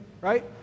right